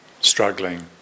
struggling